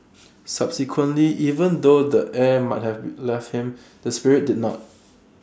subsequently even though the air might have be left him the spirit did not